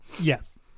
yes